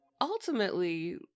ultimately